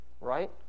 Right